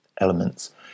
elements